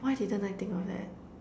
why didn't I think of that